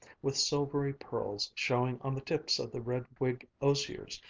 with silvery pearls showing on the tips of the red-twig osiers,